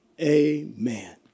amen